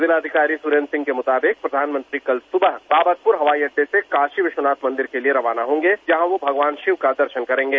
ज़िलाधिकारी सुरेन्द्र सिंह के मुताबिक प्रधानमंत्री कल सुबह बाबतपुर हवाई अड़डे से काशी विश्वनाथ मन्दिर के लिए रवाना होगें जहां वह भगवान शिव का दर्शन करेंगें